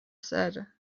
said